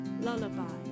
Lullaby